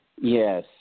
Yes